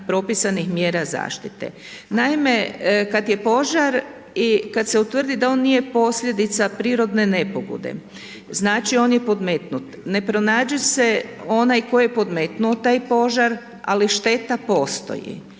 Naime, kad je požar i kad se utvrdi da on nije posljedica prirodne nepogode, znači, on je podmetnut. Ne pronađe se onaj tko je podmetnuo taj požar, ali šteta postoji.